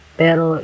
pero